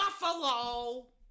Buffalo